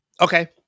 Okay